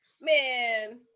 Man